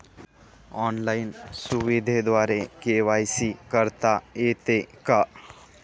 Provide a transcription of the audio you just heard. Online सुविधेद्वारे KYC करता येते का?